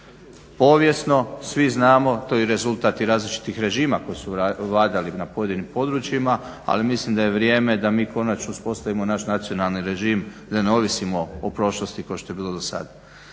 Povijesno svi znamo to je rezultat i različitih režima koji su vladali na pojedinim područjima ali mislim da je vrijeme da mi konačno uspostavimo naš nacionalni režim, da ne ovisimo o prošlosti kao što je bilo do sada.